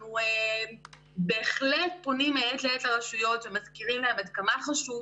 אנחנו בהחלט פונים מעת לעת לרשויות ומזכירים להן עד כמה חשוב